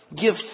give